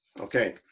Okay